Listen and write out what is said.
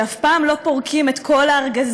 שאף פעם לא פורקים את כל הארגזים,